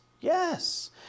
Yes